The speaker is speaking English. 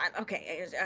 okay